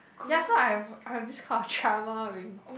ya so I have I have this kind of trauma with